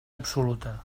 absoluta